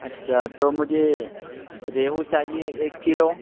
اچھا تو مجھے ریہو چاہیے ایک کلو